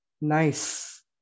Nice